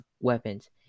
weapons